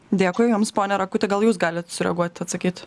dėkui jums pone rakuti gal jūs galit sureaguot atsakyt